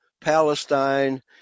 Palestine